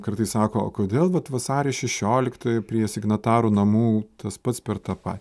kartais sako o kodėl vat vasario šešioliktoji prie signatarų namų tas pats per tą patį